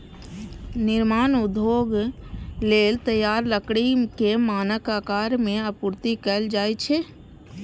निर्माण उद्योग लेल तैयार लकड़ी कें मानक आकार मे आपूर्ति कैल जाइ छै